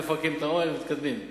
מפרקים את האוהל ומתקדמים.